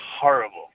horrible